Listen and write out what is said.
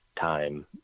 time